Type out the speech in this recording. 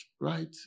right